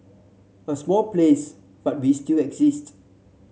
a small place but we still exist